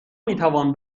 میتوان